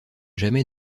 jamais